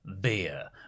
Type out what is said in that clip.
Beer